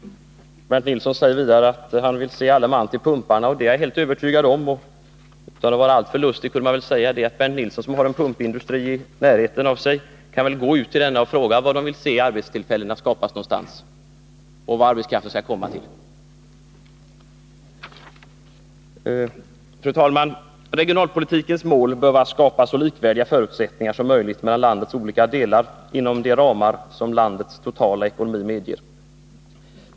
Bernt Nilsson säger vidare att han vill se ”alle man till pumparna”, och det är jag helt övertygad om. Utan att vara alltför lustig kan jag kanske säga att Bernt Nilsson, som på sin hemort har en pumpindustri i närheten, kan väl gå ut till denna och fråga var man vill se arbetstillfällena skapas och till vem arbetskraften skall komma. Herr talman! Regionalpolitikens mål bör vara att skapa så likvärdiga förutsättningar som möjligt mellan landets olika delar inom de ramar som landets totala ekonomi medger.